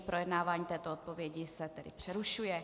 Projednávání této odpovědi se tedy přerušuje.